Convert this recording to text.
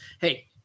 hey